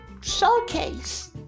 showcase